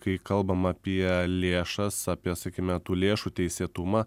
kai kalbama apie lėšas apie sakykime tų lėšų teisėtumą